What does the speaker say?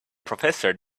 professor